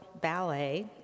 Ballet